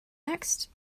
next